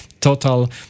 total